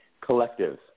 collective